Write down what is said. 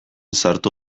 sartu